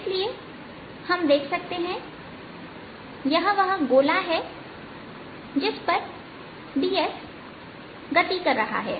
इसलिए हम देख सकते हैं यह वह गोला है जिस पर ds गति कर रहा है